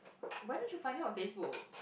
what don't you find her on Facebook